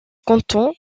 canton